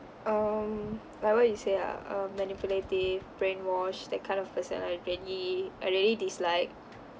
um like what you say ah uh manipulative brainwash that kind of person I really I really dislike